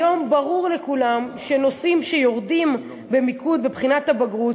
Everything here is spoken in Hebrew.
היום ברור לכולם שנושאים שיורדים במיקוד בבחינת הבגרות